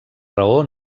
raó